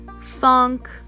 funk